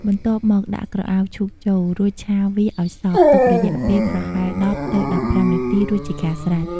បន្ទាប់មកដាក់ក្រអៅឈូកចូល រួចឆាវាអោយសព្វ ទុករយៈពេលប្រហែល ១០ ទៅ ១៥ នាទីរួចជាការស្រេច។